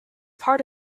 part